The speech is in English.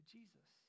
Jesus